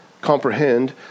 comprehend